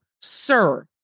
Sir